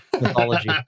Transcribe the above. mythology